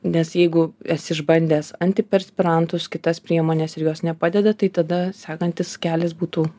nes jeigu esi išbandęs antiperspirantus kitas priemones ir jos nepadeda tai tada sekantis kelias būtų